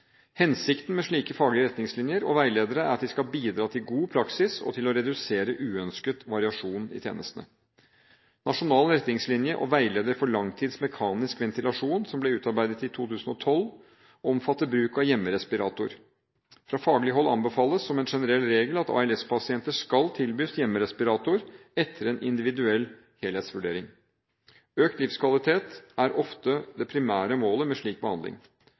Hensikten med slike faglige retningslinjer og veiledere er at de skal bidra til god praksis og til å redusere uønsket variasjon i tjenestene. Nasjonal retningslinje og veileder for langtids mekanisk ventilasjon ble utarbeidet i 2012 og omfatter bruk av hjemmerespirator. Fra faglig hold anbefales, som en generell regel, at ALS-pasienter skal tilbys hjemmerespirator etter en individuell helhetsvurdering. Økt livskvalitet er ofte det primære målet med slik behandling.